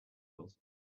course